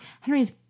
Henry's